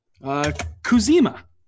Kuzima